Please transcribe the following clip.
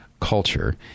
culture